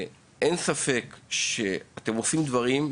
אין ספק שאתם עושים דברים,